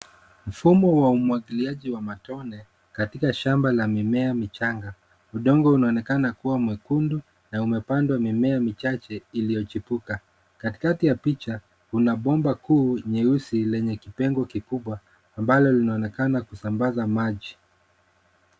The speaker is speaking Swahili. Mfumo wa umwagiliaji wa matone katika shamba la mimea michanga. Udongo unaonekana kuwa mwekundu na umepandwa mimea michache iliyochipuka. Katikati ya picha kuna bomba kuu nyeusi lenye kipengo kikubwa ambalo linaonekana kusambaza maji.